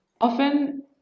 often